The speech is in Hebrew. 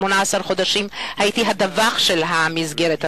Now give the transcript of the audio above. במשך 18 חודשים הייתי הדובר של המסגרת הזאת.